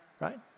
right